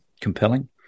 compelling